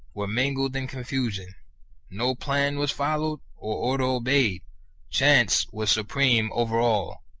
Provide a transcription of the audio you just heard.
were mingled in confusion no plan was followed, or order obeyed chance was supreme over all.